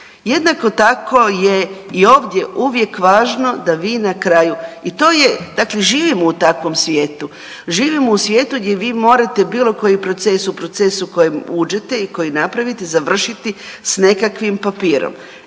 Jednako tako i ovdje uvijek važno da vi na kraju i to je dakle živimo u takvom svijetu, živimo u svijetu gdje vi morate bilo koji procesu, procesu u kojem uđete i koji napravite završiti s nekakvim papirom.